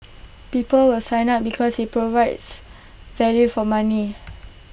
people will sign up because IT provides value for money